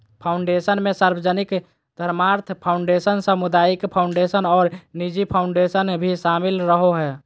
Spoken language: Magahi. फ़ाउंडेशन मे सार्वजनिक धर्मार्थ फ़ाउंडेशन, सामुदायिक फ़ाउंडेशन आर निजी फ़ाउंडेशन भी शामिल रहो हय,